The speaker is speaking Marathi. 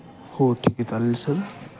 हो ठीक आहे चालेल सर